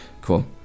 Cool